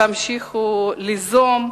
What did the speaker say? תמשיכו ליזום,